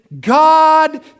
God